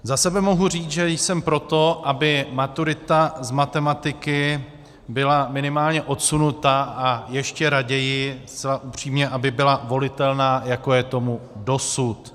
Za sebe mohu říct, že jsem pro to, aby maturita z matematiky byla minimálně odsunuta, a ještě raději, zcela upřímně, aby byla volitelná, jako je tomu dosud.